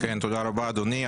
תודה רבה אדוני.